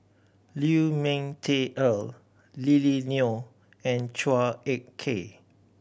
Liu Ming Teh Earl Lily Neo and Chua Ek Kay